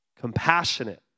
compassionate